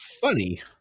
Funny